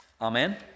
Amen